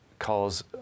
calls